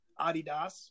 Adidas